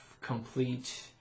complete